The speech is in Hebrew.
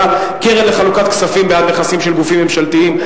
(קרן לחלוקת כספים בעד נכסים של גופים ממשלתיים),